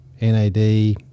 NAD